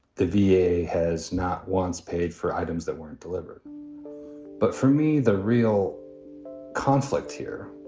the v a. has not once paid for items that weren't delivered but for me, the real conflict here,